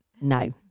No